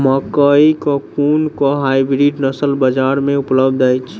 मकई केँ कुन केँ हाइब्रिड नस्ल बजार मे उपलब्ध अछि?